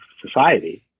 society